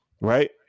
Right